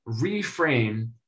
reframe